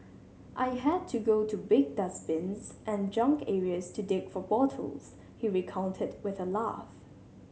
I had to go to big dustbins and junk areas to dig for bottles he recounted with a laugh